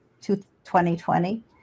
2020